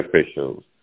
officials